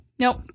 Nope